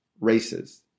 races